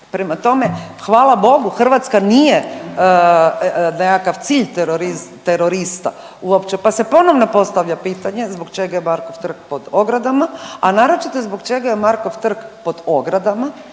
Prema tome, hvala Bogu Hrvatska nije nekakav cilj terorista uopće pa se ponovno postavlja pitanje zbog čega je Markov trg pod ogradama, a naročito zbog čega je Markov trg pod ogradama